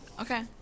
Okay